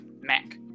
Mac